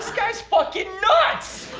guy is fucking nuts!